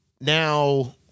now